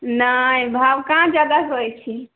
नहि भाव कहाँ जादा कहै छी